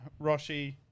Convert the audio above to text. Roshi